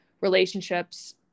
relationships